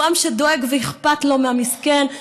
והוא עם שדואג ואכפת לו מהמסכן.